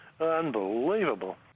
Unbelievable